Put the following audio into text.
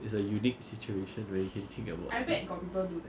it's a unique situation where you can think about this